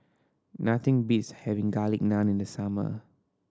nothing beats having Garlic Naan in the summer